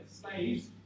slaves